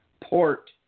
port